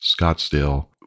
Scottsdale